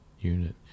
unit